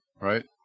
Right